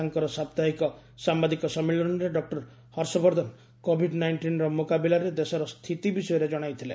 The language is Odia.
ତାଙ୍କର ସାପ୍ତାହିକ ସାମ୍ଘାଦିକ ସମ୍ମିଳନୀରେ ଡକୁର ହର୍ଷବର୍ଦ୍ଧନ କୋଭିଡ ନାଇଷ୍ଟିନ୍ର ମୁକାବିଲାରେ ଦେଶର ସ୍ଥିତି ବିଷୟରେ ଜଣାଇଥିଲେ